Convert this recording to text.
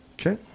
Okay